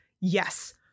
Yes